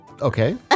Okay